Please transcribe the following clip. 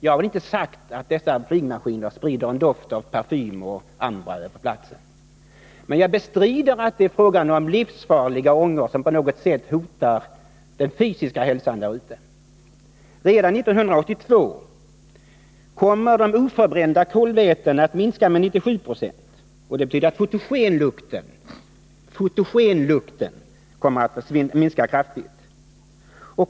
Jag har väl inte sagt att flygmaskinerna sprider en doft av parfym och ambra över platsen, men jag bestrider att det är fråga om livsfarliga ångor som på något sätt hotar den fysiska hälsan där ute. Redan 1982 kommer de oförbrända kolvätena att minska med 97 96, vilket betyder att fotogenlukten kommer att minska kraftigt.